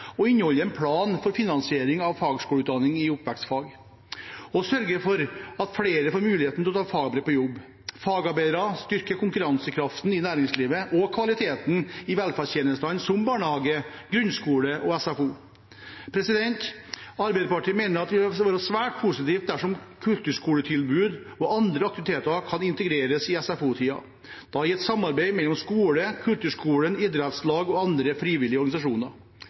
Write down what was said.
og inneholde en plan for finansiering av fagskoleutdanning i oppvekstfag samt sørge for at flere får mulighet til å ta fagbrev på jobb. Fagarbeidere styrker konkurransekraften i næringslivet og kvaliteten i velferdstjenestene som barnehage, grunnskole og SFO. Arbeiderpartiet mener det vil være positivt dersom kulturskoletilbud og andre aktiviteter kan integreres i SFO-tiden, da i et samarbeid mellom skolen, kulturskolen, idrettslag og andre frivillige organisasjoner.